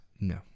No